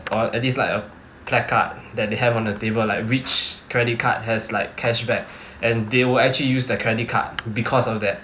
or at least like a placard that they have on the table like which credit card has like cashback and they will actually use the credit card because of that